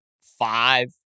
five